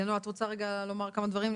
נעה, את רוצה לומר כמה דברים?